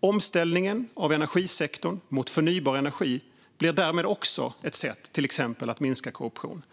Omställningen av energisektorn mot förnybar energi blir därmed också ett sätt att minska korruptionen.